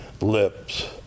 lips